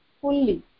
fully